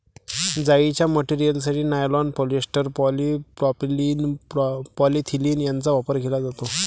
जाळीच्या मटेरियलसाठी nylon, polyester, polypropylene, polyethylene यांचा वापर केला जातो